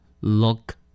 look